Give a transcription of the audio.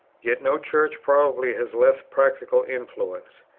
yet no church probably has less practical influence.